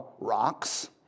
rocks